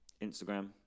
Instagram